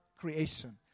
creation